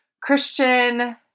Christian